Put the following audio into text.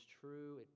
true